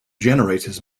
generators